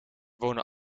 wonen